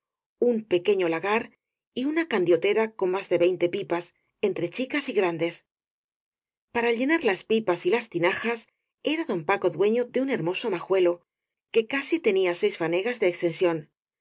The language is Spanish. un pequeño lagar y una can i diotera con más de veinte pipas entre chicas y grandes para llenar las pipas y las tinajas era don paco dueño de un hermoso majuelo que casi te nía seis fanegas de extensión